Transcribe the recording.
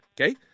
Okay